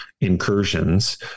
incursions